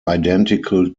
identical